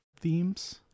themes